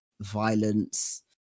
violence